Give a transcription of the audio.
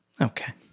Okay